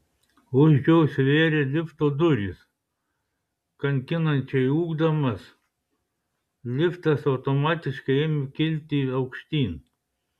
už jo užsivėrė lifto durys kankinančiai ūkdamas liftas automatiškai ėmė kilti aukštyn